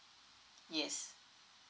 yes